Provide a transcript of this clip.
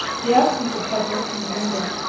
the absence of pepperrell from new england,